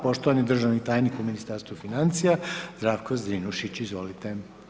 Poštovani državni tajnik u Ministarstvu financija, Zdravko Zrinušić, izvolite.